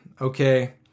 okay